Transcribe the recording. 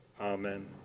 Amen